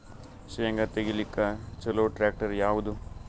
ಶೇಂಗಾ ತೆಗಿಲಿಕ್ಕ ಚಲೋ ಟ್ಯಾಕ್ಟರಿ ಯಾವಾದು?